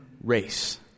race